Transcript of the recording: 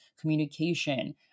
communication